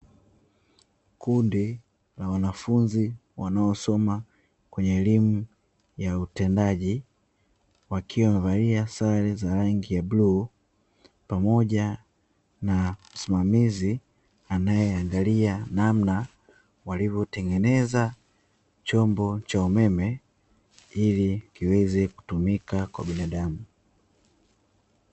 Kundi la wanafunzi wanaosoma kwenye elimu ya utendaji, wakiwa wamevalia sare za rangi ya bluu pamoja na msimamizi anayeangalia namna walivyotengeneza chombo cha umeme ili kiweze kutumika kwa binadamu.